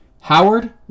Howard